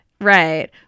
right